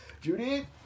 Judy